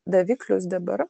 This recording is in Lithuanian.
daviklius dabar